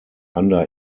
under